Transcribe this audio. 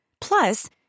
Plus